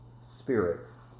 spirits